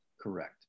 correct